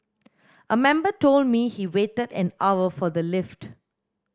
a member told me he waited an hour for the lift